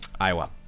Iowa